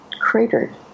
cratered